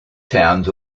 towns